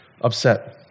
upset